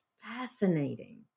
fascinating